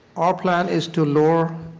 our plan is to lower